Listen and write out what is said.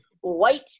white